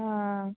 ആ